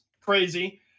crazy